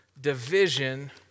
division